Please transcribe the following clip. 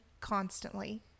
constantly